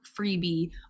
freebie